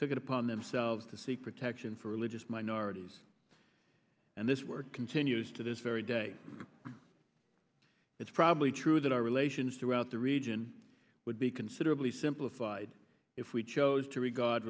took it upon themselves to seek protection for religious minorities and this work continues to this very day it's probably true that our relations throughout the region would be considerably simplified if we chose to regard